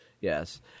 Yes